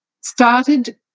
started